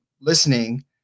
listening